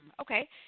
Okay